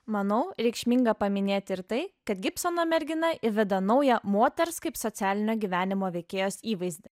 manau reikšminga paminėti ir tai kad gibsono mergina įveda naują moters kaip socialinio gyvenimo veikėjos įvaizdį